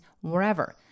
wherever